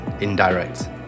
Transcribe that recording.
indirect